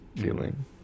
feeling